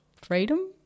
freedom